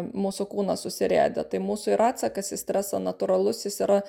mūsų kūną susirėdę tai mūsų ir atsakas į stresą natūralus jis yra